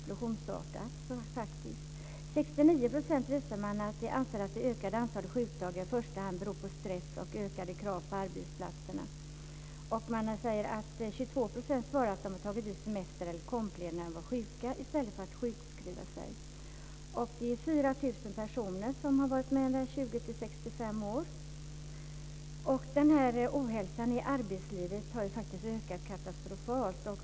Det har snart ökat explosionsartat. 69 % anser att det ökade antalet sjukdagar i första hand beror på stress och ökade krav på arbetsplatserna. 22 % har svarat att de har tagit ut semester eller kompledigt när de varit sjuka i stället för att sjukskriva sig. 4 000 personer i åldern 20-65 år har varit med i studien. Ohälsan i arbetslivet har ökat katastrofalt.